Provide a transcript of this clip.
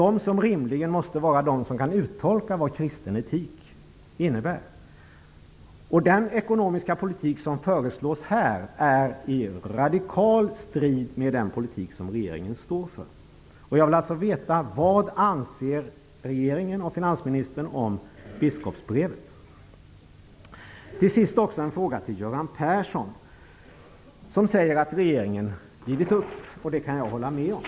Det är rimligen de som kan uttolka vad kristen etik innebär. Den ekonomiska politik som föreslås är i radikal strid med den politik som regeringen står för. Jag vill veta vad finansministern och regeringen anser om biskopsbrevet. Till sist riktar jag mig till Göran Persson. Göran Persson säger att regeringen givit upp, vilket jag kan hålla med om.